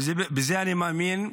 ובזה אני מאמין,